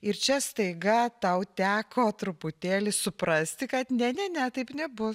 ir čia staiga tau teko truputėlį suprasti kad ne ne ne taip nebus